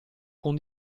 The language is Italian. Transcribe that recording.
con